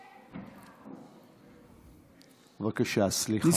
בבקשה, סליחה.